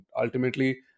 ultimately